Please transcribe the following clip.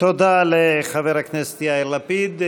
תודה לחבר הכנסת יאיר לפיד,